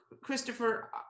Christopher